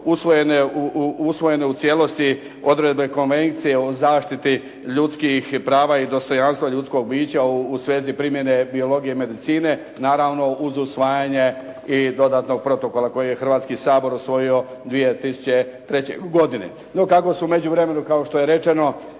usvojene u cijelosti odredbe Konvencije o zaštiti ljudskih prava i dostojanstva ljudskog bića u svezi primjene biologije i medicine naravno uz usvajanje i dodatnog protokola koji je Hrvatski sabor usvojio 2003. godine. No kako su u međuvremenu kako je rečeno